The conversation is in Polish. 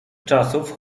czasów